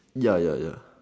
ya ya ya